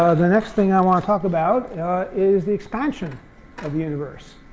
ah the next thing i want to talk about is the expansion of the universe,